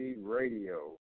Radio